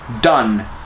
done